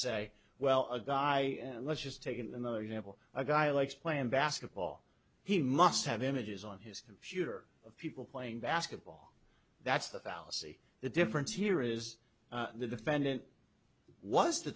say well a guy let's just take another example a guy likes playing basketball he must have images on his computer of people playing basketball that's the fallacy the difference here is the defendant was the